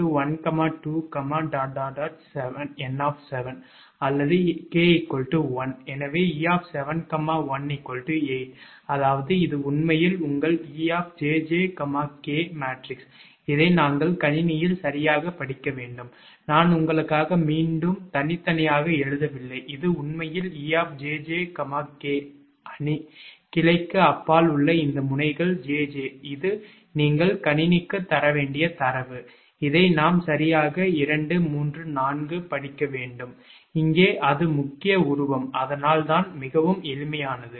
எனவே 𝑒 71 8 அதாவது இது உண்மையில் உங்கள் 𝑒 𝑗𝑗 𝑘 மேட்ரிக்ஸ் இதை நாங்கள் கணினியில் சரியாகப் படிக்க வேண்டும் நான் உங்களுக்காக மீண்டும் தனித்தனியாக எழுதவில்லை இது உண்மையில் 𝑒 𝑗𝑗 𝑘 அணி கிளைக்கு அப்பால் உள்ள இந்த முனைகள் 𝑗𝑗 இது நீங்கள் கணினிக்கு தர வேண்டிய தரவு இதை நாம் சரியாக 234 படிக்க வேண்டும் இங்கே அது முக்கிய உருவம் அதனால் தான் மிகவும் எளிமையானது